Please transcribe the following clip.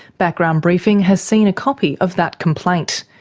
background briefing has seen a copy of that complaint.